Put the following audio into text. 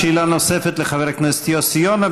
שאלה נוספת לחבר הכנסת יוסי יונה,